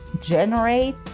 generate